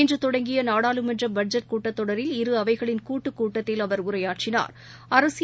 இன்றதொடங்கியநாடாளுமன்றபட்ஜெட் கூட்டத்தொடரில் இரு அவைகளின் கூட்டுக் கூட்டத்தில் அவர் உரையாற்றினா்